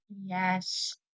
Yes